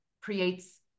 creates